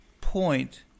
point